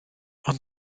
ond